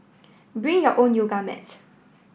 bring your own yoga mats